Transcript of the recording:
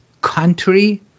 country